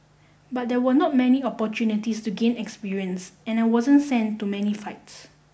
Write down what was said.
but there were not many opportunities to gain experience and I wasn't sent to many fights